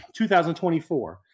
2024